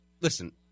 Listen